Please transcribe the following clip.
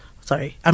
Sorry